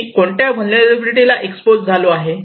मी कोणत्या व्हलनेरलॅबीलीटी ला एक्सपोज झालो आहे